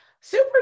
Super